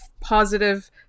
positive